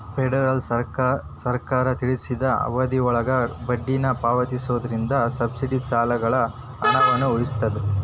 federal ಸರ್ಕಾರ ತಿಳಿಸಿದ ಅವಧಿಯೊಳಗ ಬಡ್ಡಿನ ಪಾವತಿಸೋದ್ರಿಂದ ಸಬ್ಸಿಡಿ ಸಾಲಗಳ ಹಣವನ್ನ ಉಳಿಸ್ತದ